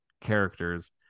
characters